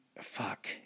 fuck